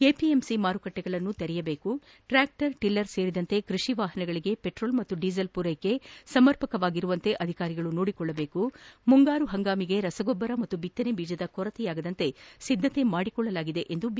APMC ಮಾರುಕಟ್ಟೆಗಳನ್ನು ತೆರೆಯಬೇಕು tractor tiller ಸೇರಿದಂತೆ ಕೃಷಿ ವಾಹನಗಳಿಗೆ ಪೆಟ್ರೋಲ್ ಮತ್ತು ಡಿಸೇಲ್ ಮೂರೈಕೆ ಸಮರ್ಪಕವಾಗಿರುವಂತೆ ಅಧಿಕಾರಿಗಳು ನೋಡಿಕೊಳ್ಳಬೇಕು ಮುಂಗಾರು ಪಂಗಾಮಿಗೆ ರಸಗೊಬ್ಬರ ಪಾಗೂ ಬಿತ್ತನೆ ಬೀಜದ ಕೊರತೆ ಆಗದಂತೆ ಸಿದ್ಧತೆ ಮಾಡಿಕೊಳ್ಳಲಾಗಿದೆ ಎಂದು ಬಿ